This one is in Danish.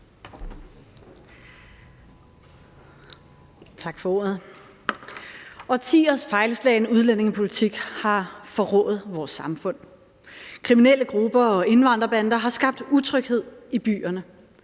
Årtiers fejlslagne udlændingepolitik har forrået vores samfund. Kriminelle grupper og indvandrerbander har skabt utryghed i byerne.